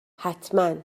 حتما